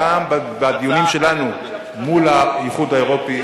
גם בדיונים שלנו מול האיחוד האירופי,